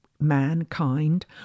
mankind